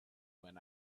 when